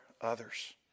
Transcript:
others